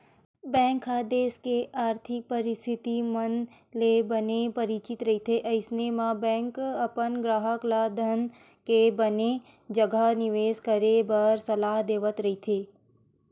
bank ह देस के आरथिक परिस्थिति मन ले बने परिचित रहिथे अइसन म बेंक अपन गराहक ल धन के बने जघा निबेस करे बर सलाह देवत रहिथे